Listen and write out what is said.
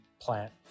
plant